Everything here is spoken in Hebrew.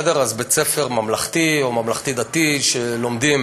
אז בית-ספר ממלכתי או ממלכתי-דתי, שלומדים